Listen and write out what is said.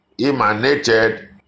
emanated